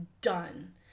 Done